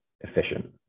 efficient